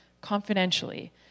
confidentially